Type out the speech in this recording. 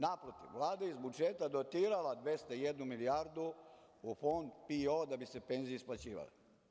Naprotiv, Vlada iz budžeta je dotirala 201 milijardu u Fond PIO da bi se penzije isplaćivale.